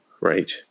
right